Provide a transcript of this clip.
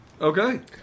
Okay